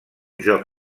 joc